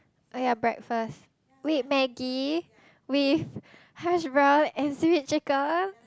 oh your breakfast wait Maggi with hashbrown and seaweed chicken